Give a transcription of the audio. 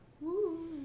Woo